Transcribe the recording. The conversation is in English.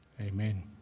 Amen